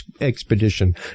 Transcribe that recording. expedition